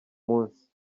munsi